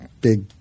big